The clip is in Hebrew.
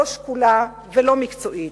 לא שקולה ולא מקצועית,